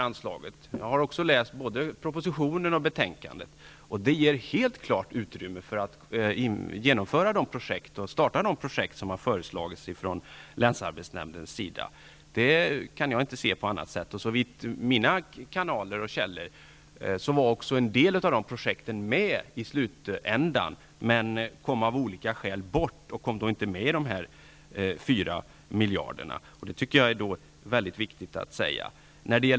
Jag har läst både propositionen och betänkandet, och vad som står där ger helt klart utrymme för genomförande av de projekt som har föreslagits från länsarbetsnämnden. Enligt mina kanaler och källor var också en del av de projekten med i slutändan, men de kom av olika skäl inte med i de fyra miljarderna. Det är viktigt att säga det.